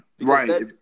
Right